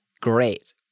great